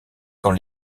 quand